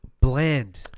bland